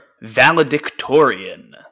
Valedictorian